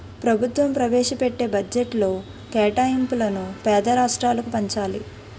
ప్రభుత్వం ప్రవేశపెట్టే బడ్జెట్లో కేటాయింపులను పేద రాష్ట్రాలకు పంచాలి